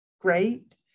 great